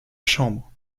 chambre